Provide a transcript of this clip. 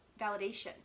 validation